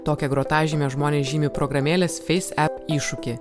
tokia grotažyme žmonės žymi programėlės feis ep iššūkį